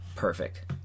Perfect